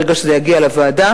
ברגע שזה יגיע לוועדה.